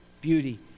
beauty